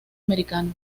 americano